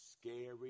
scary